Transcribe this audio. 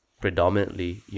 predominantly